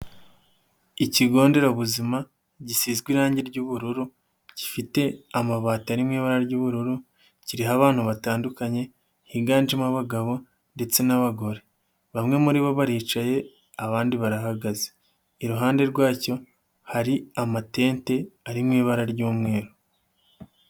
Ikigo nderabuzima gisize irangi ry'ubururu, gifite amabati ari mu ibara ry'ubururu, kiriho abantu batandukanye higanjemo abagabo ndetse n'abagore, bamwe muri bo baricaye abandi barahagaze, iruhande rwacyo hari amatente ari mu ibara ry'umweru.